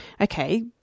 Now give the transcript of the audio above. okay